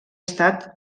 estat